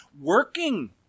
working